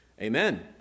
Amen